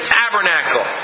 tabernacle